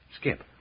Skip